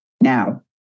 now